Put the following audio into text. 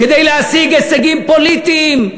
כדי להשיג הישגים פוליטיים,